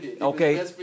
Okay